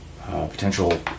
potential